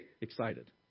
excited